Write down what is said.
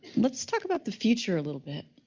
let's talk about the future a little bit,